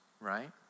right